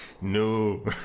no